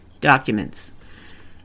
documents